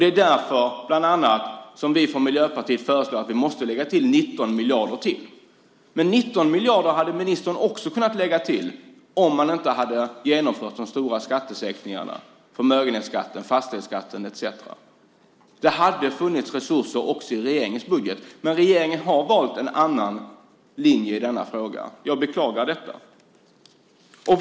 Det är bland annat därför som vi från Miljöpartiet föreslår ytterligare 19 miljarder till detta. Även ministern hade kunnat lägga till 19 miljarder om regeringen inte genomfört de stora skattesänkningarna - förmögenhetsskatten, fastighetsskatten etcetera. Då hade det funnits resurser också i regeringens budget. I stället har regeringen valt en annan linje i denna fråga. Jag beklagar detta.